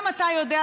גם אתה יודע,